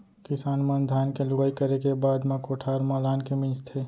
किसान मन धान के लुवई करे के बाद म कोठार म लानके मिंजथे